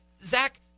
Zach